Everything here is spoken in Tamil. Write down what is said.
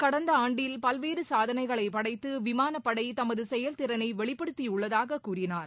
கடந்த ஆண்டில் பல்வேறு சாதனைகளைப் படைத்து விமானப்படை தமது செயல் திறனை வெளிப்படுத்தியுள்ளதாக கூறினார்